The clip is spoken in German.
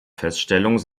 feststellung